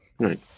Right